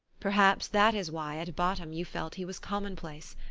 perhaps that is why at bottom you felt he was commonplace.